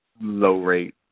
low-rate